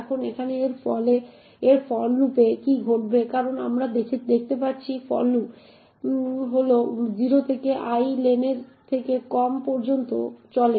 এখন এখানে এই ফর লুপে কি ঘটবে কারণ আমরা দেখতে পাচ্ছি ফর লুপ I হলো 0 থেকে i লেনের থেকে কম পর্যন্ত চলে